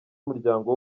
umuryango